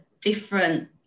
different